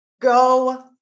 go